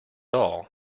all